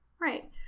Right